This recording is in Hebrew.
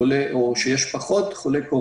או כשיש פחות חולים,